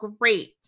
great